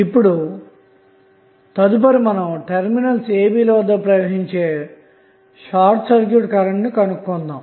ఇప్పుడు తదుపరి terminals ab ల వద్ద ప్రవహించే షార్ట్ సర్క్యూట్కరెంట్ ను కనుగొందాము